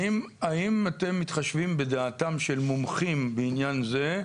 האם אתם מתחשבים בדעתם של מומחים בעניין זה,